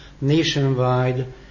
nationwide